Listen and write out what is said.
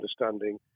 understanding